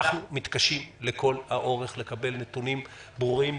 אנחנו מתקשים לכל האורך לקבל נתונים ברורים,